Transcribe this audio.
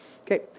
Okay